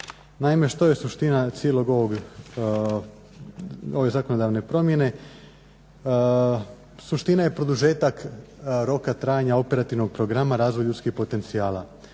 Naime, što je suština cijele ove zakonodavne promjene? Suština je produžetak roka trajanja operativnog programa razvoj ljudskih potencijala.